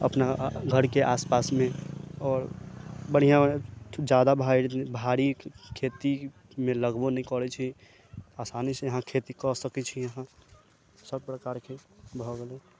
अपना घर के आस पास मे आओर बढ़िऑं लागै जादा भारी भारी खेती मे लगबो नहि करय छै आसानी से अहाँ खेती कऽ सकै छी अहाँ सब प्रकार के भऽ गेलै